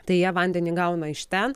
tai jie vandenį gauna iš ten